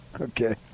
Okay